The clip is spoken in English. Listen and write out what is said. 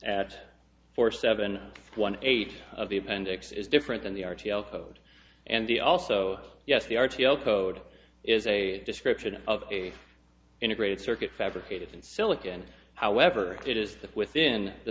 at four seven one eight of the appendix is different than the r t l code and the also yes the r t l code is a description of a integrated circuit fabricated in silicon however it is within the